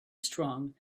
strong